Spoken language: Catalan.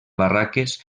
barraques